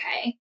okay